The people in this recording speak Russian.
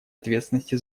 ответственности